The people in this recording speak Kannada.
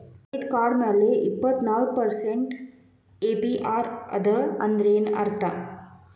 ಕೆಡಿಟ್ ಕಾರ್ಡ್ ಮ್ಯಾಲೆ ಇಪ್ಪತ್ನಾಲ್ಕ್ ಪರ್ಸೆಂಟ್ ಎ.ಪಿ.ಆರ್ ಅದ ಅಂದ್ರೇನ್ ಅರ್ಥ?